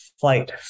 flight